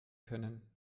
können